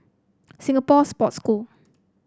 Singapore Sports School